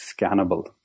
scannable